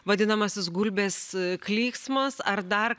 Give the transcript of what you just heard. vadinamasis gulbės klyksmas ar dar